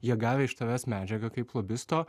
jie gavę iš tavęs medžiagą kaip lobisto